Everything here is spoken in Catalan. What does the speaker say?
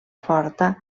forta